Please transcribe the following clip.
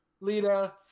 Lita